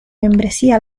membresía